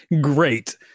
great